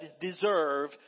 deserve